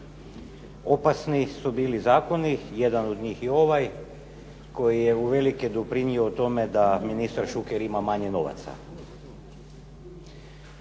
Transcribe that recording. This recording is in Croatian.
Opasni su bili zakoni, jedan od njih i ovaj, koji je uvelike doprinio tome da ministar Šuker ima manje novaca.